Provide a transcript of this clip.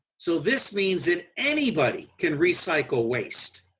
so this means that anybody can recycle waste.